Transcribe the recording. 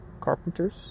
carpenters